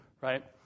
right